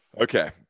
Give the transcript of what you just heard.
Okay